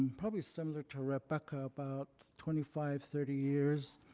probably similar to rebecca, about twenty five, thirty years,